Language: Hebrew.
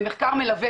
ומחקר מלווה,